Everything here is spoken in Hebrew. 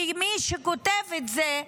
כי מי שכותב את זה,